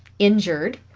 injured